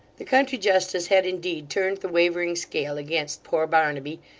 the country justice had indeed turned the wavering scale against poor barnaby,